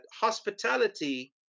hospitality